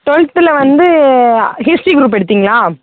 டுவல்த்தில் வந்து history group எடுத்தீங்களா